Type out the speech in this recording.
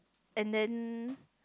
and then